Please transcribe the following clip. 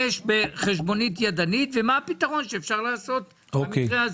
בחשבונית ידנית ומה הפתרון שאפשר לעשות במקרה הזה.